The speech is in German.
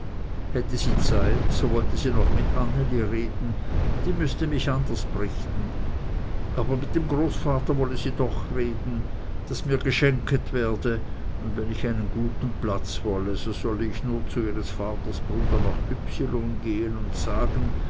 hätte sie zeit so wollte sie noch mit anneli reden die müßte mich anders brichten aber mit dem großvater wolle sie doch reden daß mir geschenket werde und wenn ich einen guten platz wolle so solle ich nur zu ihres vaters bruder nach y gehen und sagen